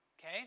Okay